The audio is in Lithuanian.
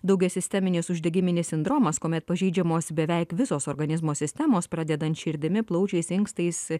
daugiasisteminis uždegiminis sindromas kuomet pažeidžiamos beveik visos organizmo sistemos pradedant širdimi plaučiais inkstais